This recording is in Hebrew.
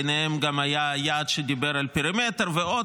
ביניהם גם היה יעד שדיבר על פרימטר ועוד,